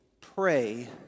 pray